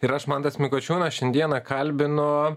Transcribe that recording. ir aš mantas mikočiūnas šiandieną kalbinu